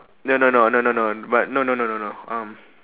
no no no no no no but no no no no no um